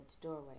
doorway